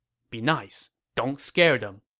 be nice don't scare them.